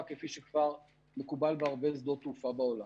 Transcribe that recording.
כפי שכבר מקובל בהרבה שדות תעופה בעולם.